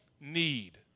need